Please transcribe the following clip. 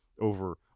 over